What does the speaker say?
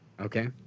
Okay